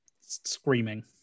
screaming